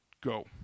Go